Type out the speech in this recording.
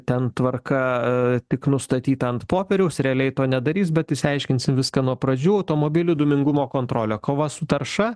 ten tvarka a tik nustatyta ant popieriaus realiai to nedarys bet išsiaiškinsim viską nuo pradžių automobilių dūmingumo kontrolė kova su tarša